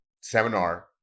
seminar